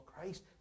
Christ